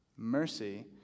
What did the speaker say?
Mercy